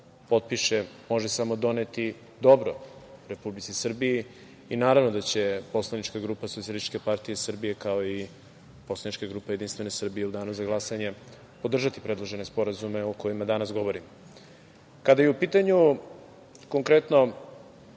potpiše može samo doneti dobro Republici Srbiji. Naravno da će poslanička grupa SPS, kao i poslanička grupa JS u Danu za glasanje podržati predložene sporazume o kojima danas govorimo. Kada je u pitanju konkretno